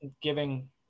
giving